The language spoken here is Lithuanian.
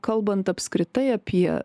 kalbant apskritai apie